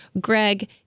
Greg